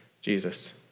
Jesus